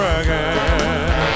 again